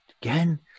again